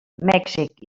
mèxic